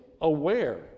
aware